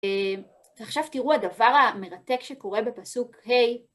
עכשיו תראו הדבר המרתק שקורה בפסוק ה.